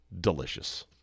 delicious